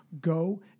go